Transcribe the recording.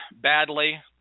badly